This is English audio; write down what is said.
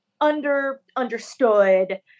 under-understood